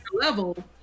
level